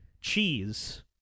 Cheese